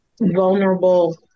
vulnerable